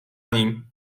nim